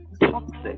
toxic